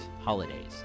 holidays